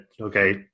okay